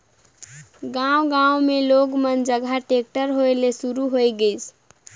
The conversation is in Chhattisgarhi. गांव गांव मे लोग मन जघा टेक्टर होय ले सुरू होये गइसे